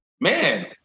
man